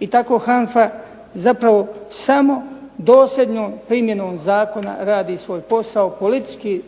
I tako HANFA zapravo samo dosljednom primjenom zakona radi svoj posao. Politički